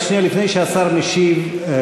לפני שהשר משיב,